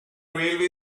railway